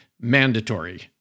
mandatory